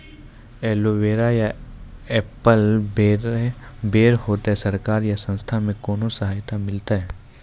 Aloe vera या apple बैर होते? सरकार या संस्था से कोनो सहायता मिलते?